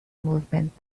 movement